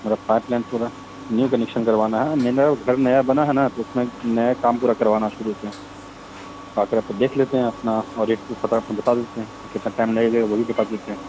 میرا pipe line پورا new connection کروانا ہے میرا گھر نیا بنا ہے نا تو اس میں نیا کام پورا کروانا شروع سے آ کر آپ دیکھ لیتے ہیں اپنا اور ایک ٹھو پتہ اپنا بتا دیتے ہیں کہ کتنا ٹائم لگے گا یا وہ بھی بتا دیتے ہیں